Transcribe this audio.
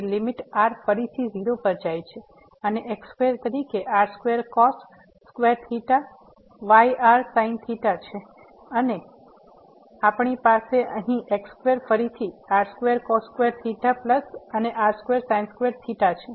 તેથી limit r ફરીથી 0 પર જાય છે અને x2 તરીકે r2cos square theta y rsin theta છે અને આપણી પાસે અહીં x2 ફરીથી r2 cos square theta plus r2 sin theta છે